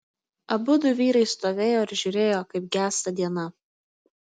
abudu vyrai stovėjo ir žiūrėjo kaip gęsta diena